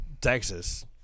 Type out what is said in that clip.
Texas